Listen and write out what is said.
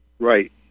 Right